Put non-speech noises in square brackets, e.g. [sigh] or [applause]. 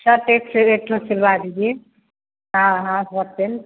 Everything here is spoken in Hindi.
सर्ट एक फिर एक ठो सिलवा दीजिए हाँ हाँ थोड़ा [unintelligible]